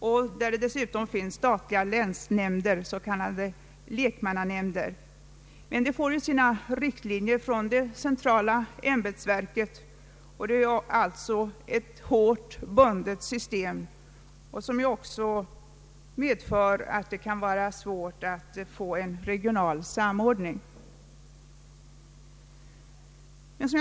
Det finns dessutom statliga länsnämnder, s.k. lekmannanämnder, men de får sina riktlinjer från det centrala ämbetsverket, och det är alltså ett hårt bundet system, som också medför att det kan vara svårt att få en regional samordning till stånd.